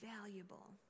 valuable